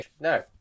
No